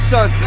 Son